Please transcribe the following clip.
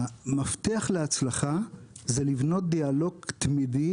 המפתח להצלחה זה לבנות דיאלוג תמידי,